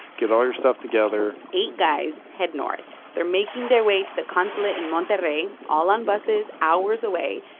get all your stuff together eight guys head north. they're making their way to the consulate in monterrey all on buses, hours away.